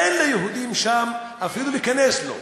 אין ליהודים שם, אפילו להיכנס לא.